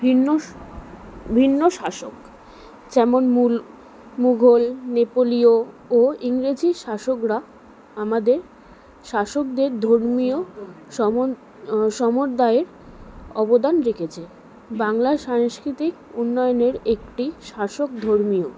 ভিন্ন ভিন্ন শাসক যেমন মুঘল নেপোলীয় ও ইংরেজি শাসকরা আমাদের শাসকদের ধর্মীয় সমন সম্প্রদায়ের অবদান রেখেছে বাংলার সাংস্কৃতিক উন্নয়নের একটি শাসক ধর্মীয়